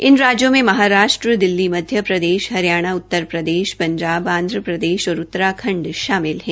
इन राज्यों में महाराष्ट्र दिल्ली मध्य प्रदेश हरियाणा उत्तर प्रदेश पंजाब आंध्रप्रदेश और उत्तराखंड शामिल है